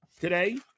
today